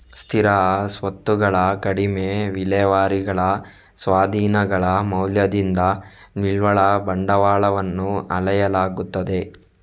ಸ್ಥಿರ ಸ್ವತ್ತುಗಳ ಕಡಿಮೆ ವಿಲೇವಾರಿಗಳ ಸ್ವಾಧೀನಗಳ ಮೌಲ್ಯದಿಂದ ನಿವ್ವಳ ಬಂಡವಾಳವನ್ನು ಅಳೆಯಲಾಗುತ್ತದೆ